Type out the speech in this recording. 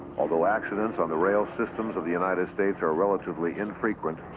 although accidents on the rail systems of the united states are relatively infrequent,